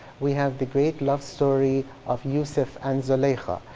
we have the great love story of yusuf and zulaikha.